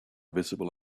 visible